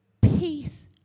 peace